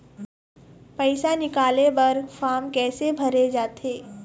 पैसा निकाले बर फार्म कैसे भरे जाथे?